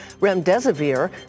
Remdesivir